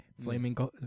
Flaming